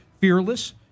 fearless